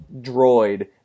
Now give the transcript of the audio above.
droid